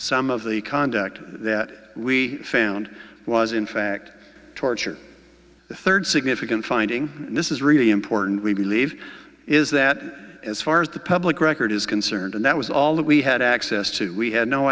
some of the conduct that we found was in fact torture the third significant finding this is really important we believe is that as far as the public record is concerned and that was all that we had access to we had no